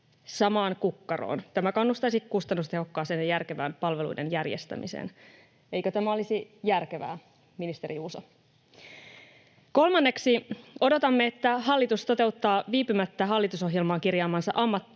samaan kukkaroon. Tämä kannustaisi kustannustehokkaaseen ja järkevään palveluiden järjestämiseen. Eikö tämä olisi järkevää, ministeri Juuso? Kolmanneksi odotamme, että hallitus toteuttaa viipymättä hallitusohjelmaan kirjaamansa ammatinharjoittajamallin